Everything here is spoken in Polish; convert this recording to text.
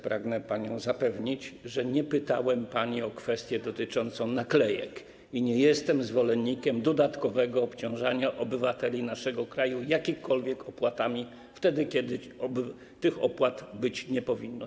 Pragnę panią zapewnić, że nie pytałem pani o kwestię dotyczącą naklejek i nie jestem zwolennikiem dodatkowego obciążania obywateli naszego kraju jakimikolwiek opłatami wtedy, kiedy tych opłat być nie powinno.